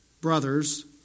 brothers